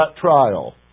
trial